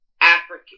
Africa